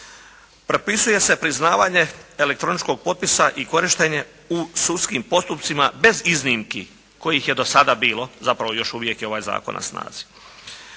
Propisuje se priznavanje elektroničkog potpisa i korištenje u sudskim postupcima bez iznimki kojih je do sada bilo, zapravo još uvijek je ovaj zakon na snazi.